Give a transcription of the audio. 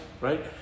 right